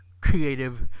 creative